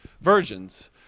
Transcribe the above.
virgins